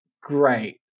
great